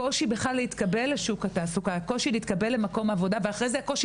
הקושי בכלל להתקבל למקום עבודה ואחרי זה הקושי